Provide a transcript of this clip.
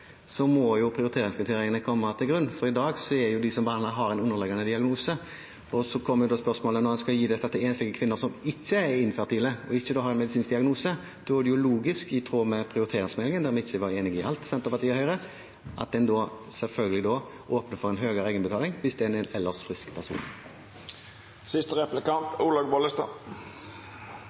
Så kommer spørsmålet, når en skal gi dette til enslige kvinner som ikke er infertile og ikke har noen medisinsk diagnose: Er det ikke da logisk og i tråd med prioriteringsmeldingen – der Senterpartiet og Høyre ikke var enige i alt – at en selvfølgelig åpner for en høyere egenbetaling hvis det er en ellers frisk person? Den siste